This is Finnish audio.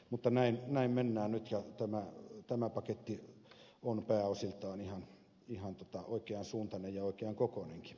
mutta näin mennään nyt ja tämä paketti on pääosiltaan ihan oikean suuntainen ja oikean kokoinenkin